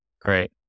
great